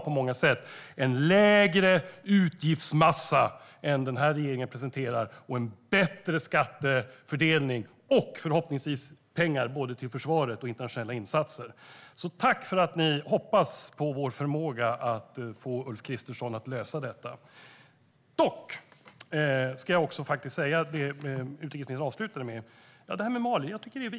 Vi skulle få en lägre utgiftsmassa än den som den nuvarande regeringen presenterar, en bättre skattefördelning och, förhoppningsvis, pengar både till försvaret och till internationella insatser. Tack för att ni hoppas på vår förmåga att få Ulf Kristersson att lösa detta! Jag vill dock ta upp det som utrikesministern avslutade med, nämligen Mali.